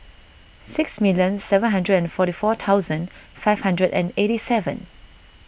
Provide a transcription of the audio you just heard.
six million seven hundred and forty four thousand five hundred and eighty seven